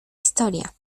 historia